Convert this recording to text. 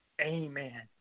Amen